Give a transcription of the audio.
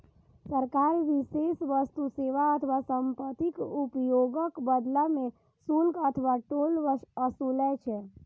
सरकार विशेष वस्तु, सेवा अथवा संपत्तिक उपयोगक बदला मे शुल्क अथवा टोल ओसूलै छै